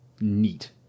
neat